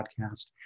podcast